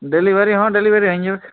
delivery হ্যাঁ delivery হয়ে যাবে